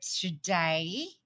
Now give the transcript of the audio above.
today